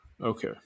Okay